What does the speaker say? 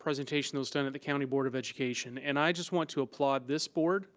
presentation that was done at the county board of education and i just want to applaud this board,